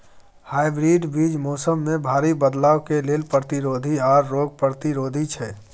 hybrid बीज मौसम में भारी बदलाव के लेल प्रतिरोधी आर रोग प्रतिरोधी छै